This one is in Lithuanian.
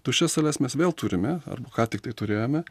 tuščias sales mes vėl turime arba ką tiktai turėjome